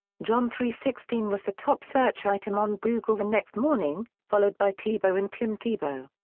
john three sixteen was the top search item on google the next morning, followed by tebow and tim tebow.